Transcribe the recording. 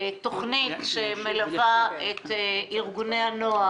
תוכנית דגל שמלווה את אירגוני הנוער,